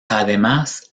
además